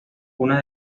una